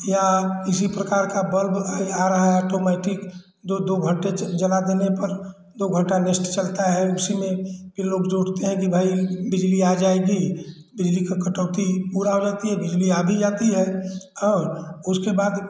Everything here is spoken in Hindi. या किसी प्रकार का बल्ब आ रहा है ऑटोमैटिक जो दो घंटे जला देने पर दो घंटा नेस्ट चलता है उसी में फिर लोग जोड़ते हैं की भाई बिजली आ जाएगी बिजली का कटौती पूरा रहती है बिजली आ भी जाती है और उसके बाद